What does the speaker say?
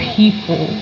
people